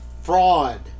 fraud